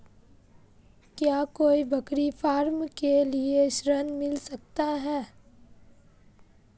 क्या कोई बकरी फार्म के लिए ऋण मिल सकता है?